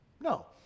No